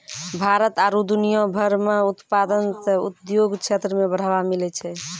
भारत आरु दुनिया भर मह उत्पादन से उद्योग क्षेत्र मे बढ़ावा मिलै छै